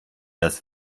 das